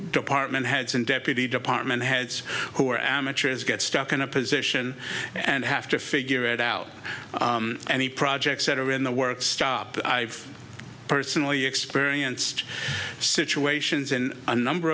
department heads and deputy department heads who are amateurs get stuck in a position and have to figure it out and the projects that are in the work stop i've personally experienced situations in a number